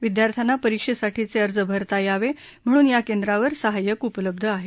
विद्यार्थ्यांना परीक्षेसाठीचे अर्ज भरता यावे म्हणून या केंद्रांवर सहाय्यक उपलब्ध आहेत